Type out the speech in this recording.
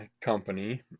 company